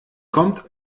kommt